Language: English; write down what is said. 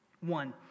One